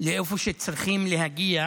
לאיפה שצריכים להגיע,